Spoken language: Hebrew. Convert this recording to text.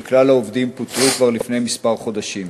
וכלל העובדים פוטרו כבר לפני כמה חודשים.